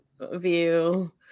view